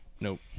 Nope